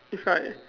it's like